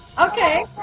Okay